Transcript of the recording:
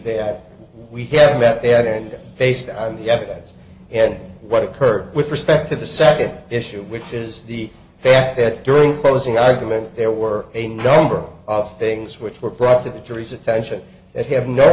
that we have met there and based on the evidence and what occurred with respect to the second issue which is the fact that during closing argument there were a number of things which were brought to the jury's attention that have no